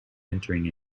entering